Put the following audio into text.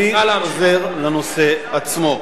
אני עובר לנושא עצמו.